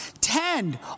Ten